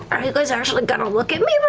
are you guys actually going to look at me